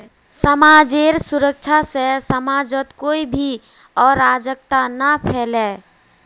समाजेर सुरक्षा से समाजत कोई भी अराजकता ना फैले